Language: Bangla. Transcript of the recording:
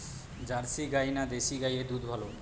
জার্সি গাই না দেশী গাইয়ের দুধ ভালো?